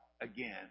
again